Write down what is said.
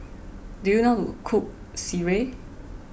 do you know how to cook Sireh